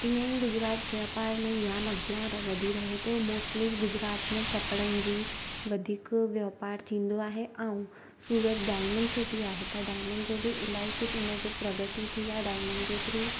तीअं ई गुजरात वापार में जाम अॻियां वधी रहे थो मोस्टली गुजरात में कपिड़नि जो वधीक वापार थींदो आहे ऐं सूरत डायमंड सिटी आहे त डायमंड जो बि इलाही कुझु हुनजी प्रगति थी आहे डायमंड जे थ्रू